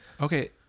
okay